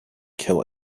kill